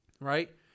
right